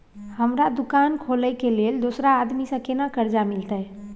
हमरा दुकान खोले के लेल दूसरा आदमी से केना कर्जा मिलते?